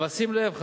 אבל שים לב,